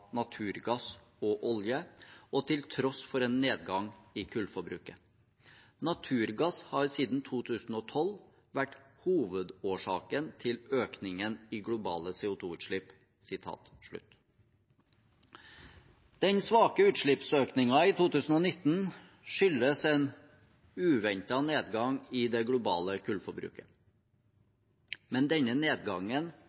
naturgass og olje, og til tross for en nedgang i kullforbruket. Naturgass har siden 2012 vært hovedårsaken til økningen i globale CO 2 -utslipp.» Glen Peters, forskningsleder ved CICERO, sa: «Den svake utslippsøkningen i 2019 skyldes en uventet nedgang i det globale